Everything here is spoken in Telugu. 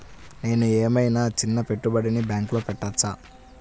నేను ఏమయినా చిన్న పెట్టుబడిని బ్యాంక్లో పెట్టచ్చా?